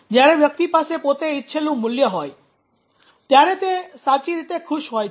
જ્યારે વ્યક્તિ પાસે પોતે ઇચ્છેલું મૂલ્ય હોય ત્યારે તે સાચી રીતે ખુશ હોય છે